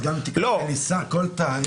גם אם תקבע בניסן, כל תאריך.